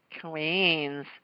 Queens